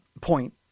point